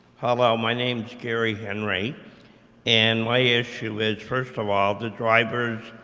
hello, my name is gary henry and my issue is, first of all, the drivers,